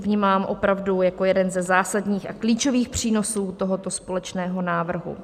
Tu vnímám opravdu jako jeden ze zásadních a klíčových přínosů tohoto společného návrhu.